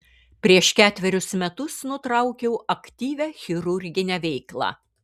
prieš ketverius metus nutraukiau aktyvią chirurginę veiklą